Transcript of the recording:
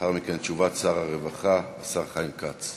לאחר מכן, תשובת שר הרווחה, השר חיים כץ.